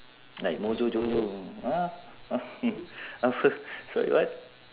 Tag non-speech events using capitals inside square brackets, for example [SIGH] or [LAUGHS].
like mojojojo ha [LAUGHS] sorry what